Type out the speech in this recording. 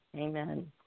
Amen